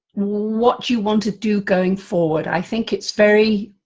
what you want to do going forward. i think it's very,